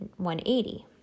180